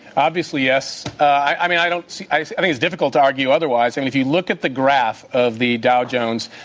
obviously, yes. i mean, i don't see i i mean, it's difficult to argue otherwise. i mean, if you look at the graph of the dow jones,